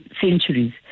Centuries